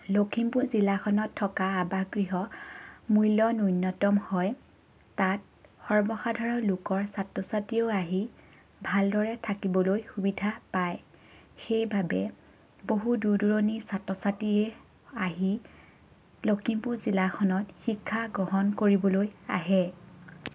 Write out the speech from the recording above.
লখিমপুৰ জিলাখনত থকা আৱাস গৃহ মূল্য নূন্যতম তাত সৰ্ব সাধাৰণ লোকৰ ছাত্ৰ ছাত্ৰীও আহি ভালদৰে থাকিবলৈ সুবিধা পায় সেইবাবে বহু দূৰ দূৰণি ছাত্ৰ ছাত্ৰীয়ে আহি লখিমপুৰ জিলাখনত শিক্ষা গ্ৰহণ কৰিবলৈ আহে